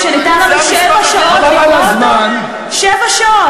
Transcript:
זה פרובוקציה, אנא ממך, חברת הכנסת שפיר,